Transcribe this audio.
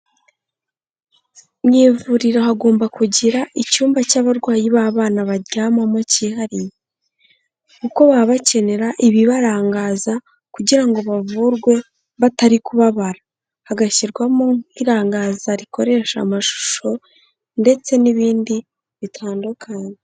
Mu ivuriro hagomba kugira icyumba cy'abarwayi b'abana baryamamo cyihariye. Kuko baba bakenera ibibarangaza kugira ngo bavurwe batari kubabara. Hagashyirwamo nk'irangaza rikoresha amashusho ndetse n'ibindi bitandukanye.